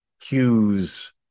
cues